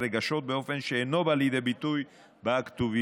רגשות באופן שאינו בא לידי ביטוי בכתוביות.